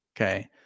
okay